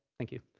thank you.